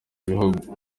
bihugu